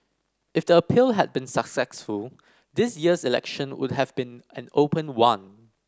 if the appeal had been successful this year's election would have been an open one